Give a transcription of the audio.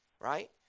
right